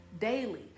Daily